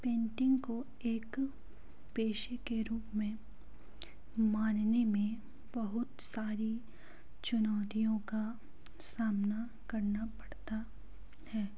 painting को एक पेशे के रूप में मानने में बहुत सारी चुनौतियों का सामना करना पड़ता है